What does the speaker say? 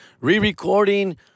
re-recording